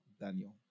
Daniel